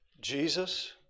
Jesus